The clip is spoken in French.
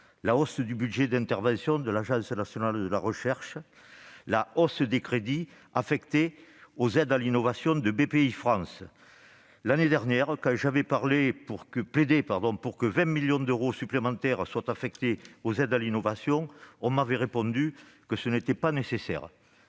la hausse du budget d'intervention de l'Agence nationale de la recherche et l'augmentation des crédits affectés aux aides à l'innovation de Bpifrance. L'année dernière, quand j'avais plaidé pour que 20 millions d'euros supplémentaires soient affectés aux aides à l'innovation, on m'avait répondu que ce n'était pas nécessaire.